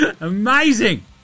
Amazing